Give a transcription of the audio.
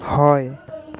হয়